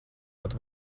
pat